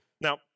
Now